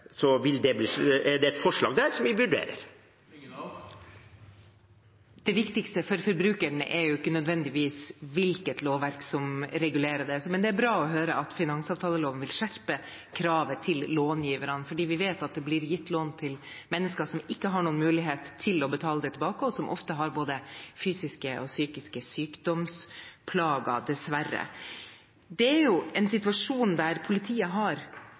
er det et forslag der som vi vurderer. Det viktigste for forbrukeren er ikke nødvendigvis hvilket lovverk som regulerer det. Men det er bra å høre at finansavtaleloven vil skjerpe kravet til långiverne, fordi vi vet at det blir gitt lån til mennesker som ikke har noen mulighet til å betale det tilbake, og som ofte har både fysiske og psykiske sykdomsplager, dessverre. Det er jo en situasjon der politiet har